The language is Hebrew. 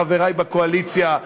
חברי בקואליציה,